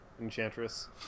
enchantress